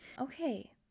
Okay